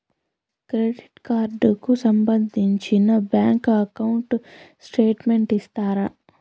Credit card కు సంబంధించిన bank account statement ఇస్తారా?